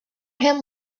him